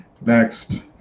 Next